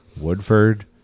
Woodford